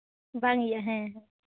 ᱵᱟᱝ ᱤᱭᱟᱹᱜᱼᱟ ᱦᱮᱸ ᱦᱮᱸ